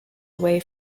away